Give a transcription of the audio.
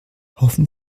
hoffen